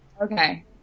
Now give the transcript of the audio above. Okay